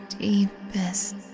deepest